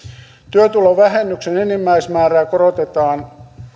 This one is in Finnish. työtulovähennyksen enimmäismäärää korotetaan